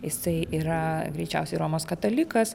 jisai yra greičiausiai romos katalikas